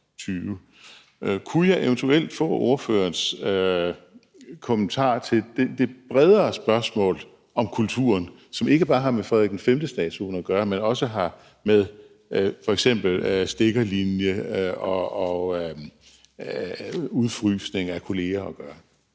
Kunne jeg eventuelt få ordførerens kommentar til det bredere spørgsmål om kulturen, som ikke bare har med Frederik V-busten at gøre, men også har med f.eks. stikkerlinje og udfrysning af kollegaer at gøre?